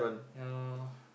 ya loh